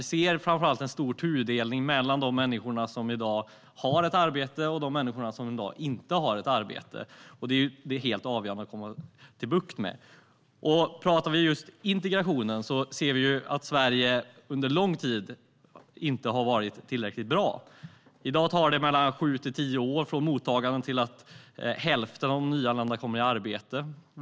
Vi ser en stor tudelning mellan de människor som i dag har ett arbete och de som inte har ett arbete. Det är helt avgörande att få bukt med. I fråga om integrationen har Sverige under lång tid inte varit tillräckligt bra. I dag tar det mellan sju och tio år från mottagande till att hälften av de nyanlända kommer i arbete.